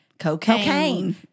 Cocaine